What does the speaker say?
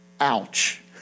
Ouch